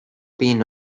been